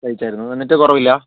കഴിച്ചായിരുന്നു എന്നിട്ട് കുറവില്ലേ